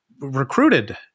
recruited